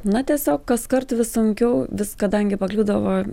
na tiesiog kaskart vis sunkiau vis kadangi pakliūdavo